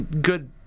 good